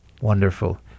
Wonderful